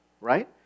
right